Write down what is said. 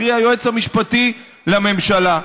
קרי היועץ המשפטי לממשלה.